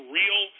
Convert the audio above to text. real